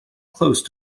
close